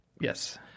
yes